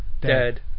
dead